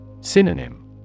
Synonym